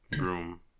room